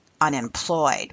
unemployed